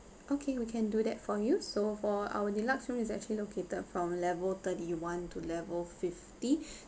okay we can do that for you so for our deluxe room is actually located from level thirty one to level fifty